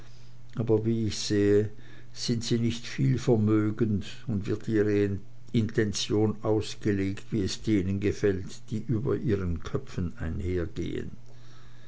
aber wie ich sehe sind sie nicht viel vermögend und wird ihre intention ausgelegt wie es denen gefällt die über ihren köpfen einhergehen